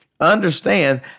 Understand